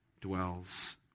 dwells